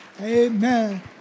Amen